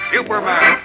Superman